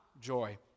joy